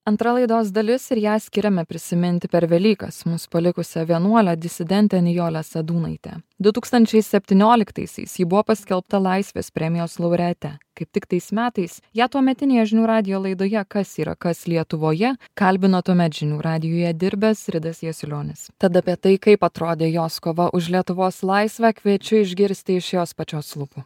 antra laidos dalis ir ją skiriame prisiminti per velykas mus palikusią vienuolę disidentę nijolę sadūnaitę du tūkstančiai septynioliktaisiais ji buvo paskelbta laisvės premijos laureate kaip tik tais metais ją tuometinėje žinių radijo laidoje kas yra kas lietuvoje kalbino tuomet žinių radijuje dirbęs ridas jasiulionis tad apie tai kaip atrodė jos kova už lietuvos laisvę kviečiu išgirsti iš jos pačios lūpų